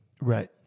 Right